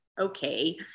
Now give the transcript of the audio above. Okay